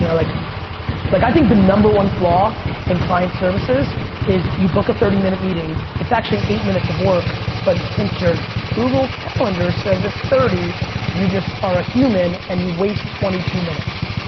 you know like like i think the number one flaw in client services is you book a thirty minute meeting it's actually eight minutes of work but since your google calendar says it's thirty you just are a human and you waste twenty two minutes.